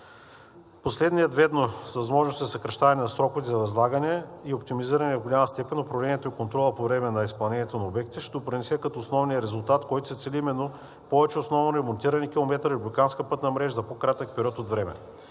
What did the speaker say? Последният ведно с възможности за съкращаване на сроковете за възлагане и оптимизиране в голяма степен на управлението и контрола по време на изпълнението на обектите ще допринесе за основния резултат, с който се цели именно повече основно ремонтирани километри на републиканската пътна мрежа за по-кратък период от време.